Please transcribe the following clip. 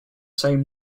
same